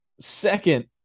second